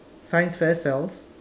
science fair sells